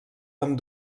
amb